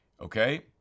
okay